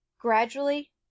gradually